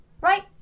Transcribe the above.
right